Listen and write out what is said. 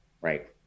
Right